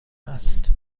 است